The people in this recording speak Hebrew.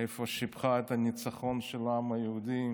ושם היא שיבחה את הניצחון של העם היהודי.